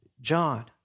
John